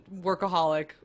workaholic